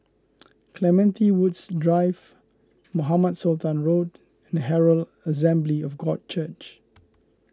Clementi Woods Drive Mohamed Sultan Road and Herald Assembly of God Church